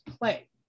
play